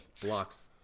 blocks